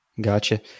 Gotcha